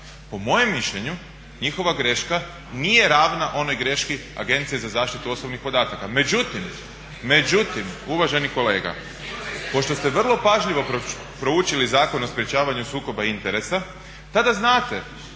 Po mojem mišljenju njihova greška nije ravna onoj greški Agencije za zaštitu osobnih podataka. … /Upadica se ne razumije./ … Međutim uvaženi kolega, pošto ste vrlo pažljivo proučili Zakon o sprečavanju sukoba interesa tada znate